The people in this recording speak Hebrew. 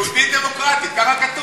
יהודית דמוקרטית, ככה כתוב.